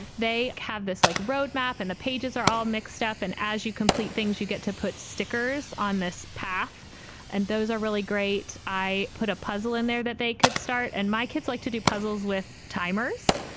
they have this like roadmap and the pages are all mixed up. and as you complete things, you get to put stickers on this path and those are really great. i put a puzzle in there that they could start and my kids like to do puzzles with timer's.